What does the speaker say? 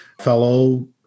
fellow